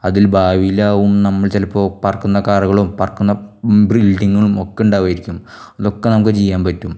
അതിൽ ഭാവീലാവും നമ്മൾ ചിലപ്പോൾ പറക്കുന്ന കാറുകളും പറക്കുന്ന ബ്രിൽഡിങ്ങും ഒക്കെ ഉണ്ടാവായിരിക്കും അതൊക്കെ നമുക്ക് ചെയ്യാൻ പറ്റും